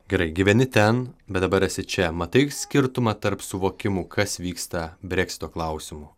gerai gyveni ten bet dabar esi čia matai skirtumą tarp suvokimų kas vyksta breksito klausimu